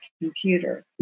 computer